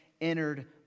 entered